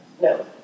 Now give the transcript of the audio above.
No